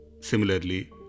Similarly